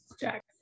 Jack